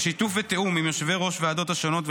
בשיתוף ותיאום עם יושבי ראש הוועדות השונות,